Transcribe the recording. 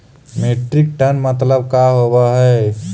Metric tonne मतलब का होव हइ?